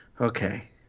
Okay